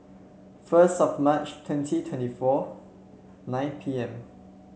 first of March twenty twenty four nine P M